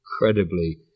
incredibly